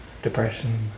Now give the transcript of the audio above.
depression